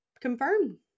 confirm